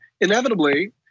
inevitably